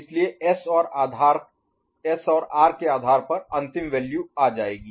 इसलिए S और R के आधार पर और अंतिम वैल्यू आ जाएगी